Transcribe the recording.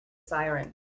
siren